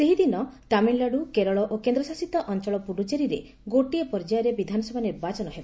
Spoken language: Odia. ସେହି ଦିନ ତାମିଲନାଡୁ କେରଳ ଓ କେନ୍ଦ୍ରଶାସିତ ଅଞ୍ଚଳ ପୁଡ଼ୁଚେରୀରେ ଗୋଟିଏ ପର୍ଯ୍ୟାୟରେ ବିଧାନସଭା ନିର୍ବାଚନ ହେବ